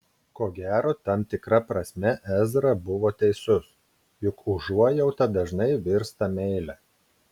ko gero tam tikra prasme ezra buvo teisus juk užuojauta dažnai virsta meile